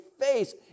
face